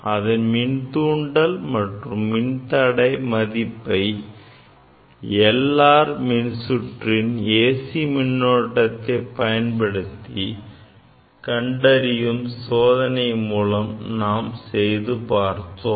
அதன் மின்தூண்டல் மற்றும் மின்தடை மதிப்பை LR மின்சுற்றில் AC மின்னோட்டத்தை பயன்படுத்தி கண்டறியும் சோதனையை நாம் செய்து பார்த்தோம்